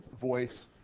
voice